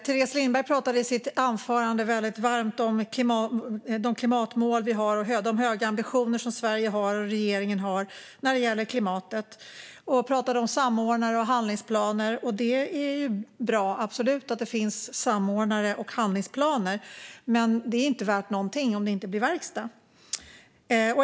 Teres Lindberg pratade i sitt anförande väldigt varmt om de klimatmål vi har och de höga ambitioner som Sverige och regeringen har när det gäller klimatet. Hon pratade om samordnare och handlingsplaner, och det är ju absolut bra att det finns samordnare och handlingsplaner, men det är inte värt någonting om det inte blir verkstad.